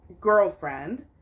girlfriend